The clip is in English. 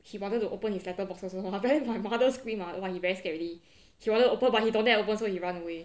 he wanted to open his letter box also mah then my mother scream mah !wah! he very scared already he wanted to open but he don't dare open so he run away